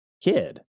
kid